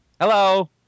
Hello